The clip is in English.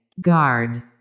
Guard